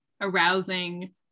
arousing